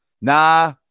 Nah